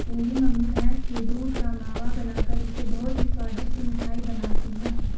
मेरी मम्मी भैंस के दूध का मावा बनाकर इससे बहुत ही स्वादिष्ट मिठाई बनाती हैं